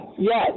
Yes